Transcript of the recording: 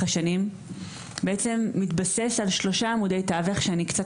השנים בעצם מתבסס על שלושה עמודי תווך שאני קצת